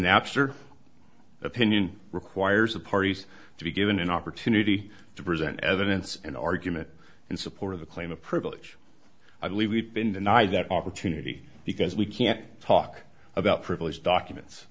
napster opinion requires the parties to be given an opportunity to present evidence and argument in support of the claim of privilege i believe we've been denied that opportunity because we can't talk about privileged documents